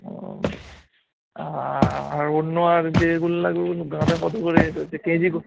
ও আর আর অন্য আর যেগুলো লাগবে ওগুলো গাঁদা কত করে হচ্ছে কে জি কতো